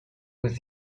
with